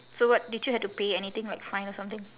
so what did you have to pay anything like fine or something